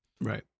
Right